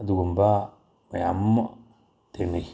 ꯑꯗꯨꯒꯨꯝꯕ ꯃꯌꯥꯝ ꯑꯃ ꯊꯦꯡꯅꯩ